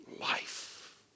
life